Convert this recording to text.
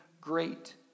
great